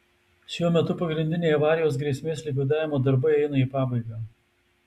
šiuo metu pagrindiniai avarijos grėsmės likvidavimo darbai eina į pabaigą